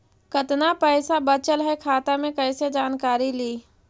कतना पैसा बचल है खाता मे कैसे जानकारी ली?